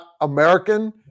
American